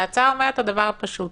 ההצעה אומרת דבר פשוט: